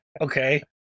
Okay